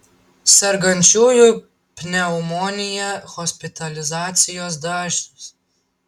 sergančiųjų pneumonija hospitalizacijos dažnis